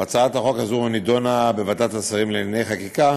והצעת החוק הזו נדונה בוועדת השרים לענייני חקיקה